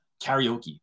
karaoke